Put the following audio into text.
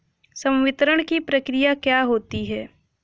संवितरण की प्रक्रिया क्या होती है?